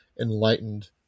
enlightened